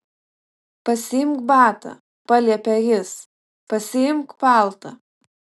pasiimk batą paliepė jis pasiimk paltą